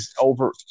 over